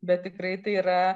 bet tikrai tai yra